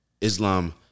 Islam